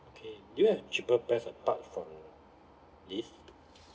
okay do you have cheaper plans apart from this